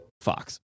Fox